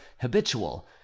habitual